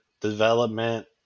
development